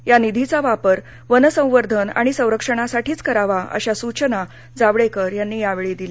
या निधीचा वापर वन संवर्धन आणि संरक्षणासाठीच करावा अशी सूचना जावडेकर यांनी यावेळी केली